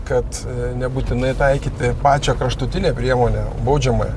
kad nebūtinai taikyti pačią kraštutinę priemonę baudžiamąją